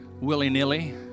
willy-nilly